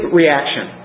reaction